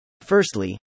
Firstly